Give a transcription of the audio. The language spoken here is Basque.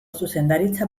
zuzendaritza